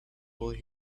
boy